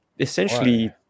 Essentially